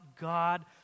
God